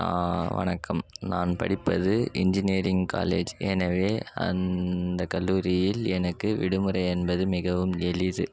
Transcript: வணக்கம் நான் படிப்பது இன்ஜினியரிங் காலேஜ் எனவே அந்த கல்லூரியில் எனக்கு விடுமுறை என்பது மிகவும் எளிது